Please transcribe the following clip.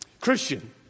Christian